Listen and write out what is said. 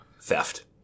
theft